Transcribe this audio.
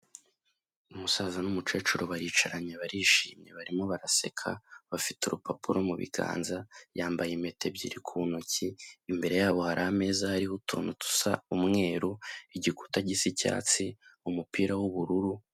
Umusaza n'umukecuru baricaranye barishimye barimo baraseka, bafite urupapuro mu biganza, yambaye impeta ebyiri ku ntoki, imbere yabo hari ameza hariho utuntu dusa umweru, igikuta gisa icyatsi, umupira w'ubururu.